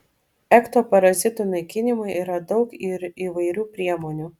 ekto parazitų naikinimui yra daug ir įvairių priemonių